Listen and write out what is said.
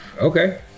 Okay